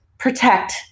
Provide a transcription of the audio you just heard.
Protect